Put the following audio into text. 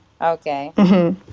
Okay